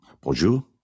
bonjour